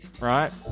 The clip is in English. right